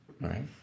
Right